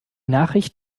nachricht